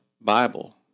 Bible